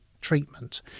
treatment